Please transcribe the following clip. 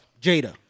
Jada